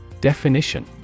Definition